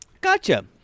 Gotcha